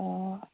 अ